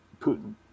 Putin